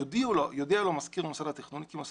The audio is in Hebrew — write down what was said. יודיע לו מזכיר מוסד התכנון כי מוסד